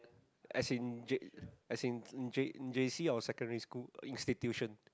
as in J as in J J_C or secondary school in institution